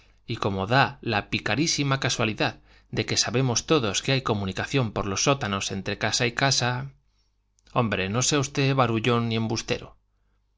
y como da la picarísima casualidad de que sabemos todos que hay comunicación por los sótanos entre casa y casa hombre no sea usted barullón ni embustero